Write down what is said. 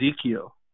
Ezekiel